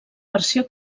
versió